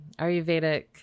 Ayurvedic